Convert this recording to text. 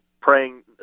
praying